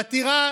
חתירה